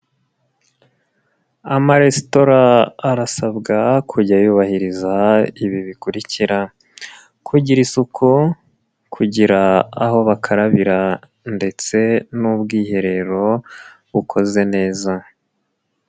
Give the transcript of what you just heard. Amaresitora arasabwa kujya yubahiriza ibi bikurikira; kugira isuku, kugira aho bakarabira ndetse n'ubwiherero bukoze neza.